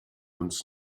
uns